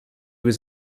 was